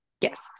yes